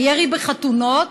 הירי בחתונות,